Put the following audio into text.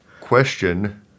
Question